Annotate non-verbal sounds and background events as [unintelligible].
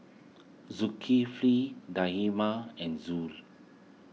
Zulkifli [unintelligible] and Zul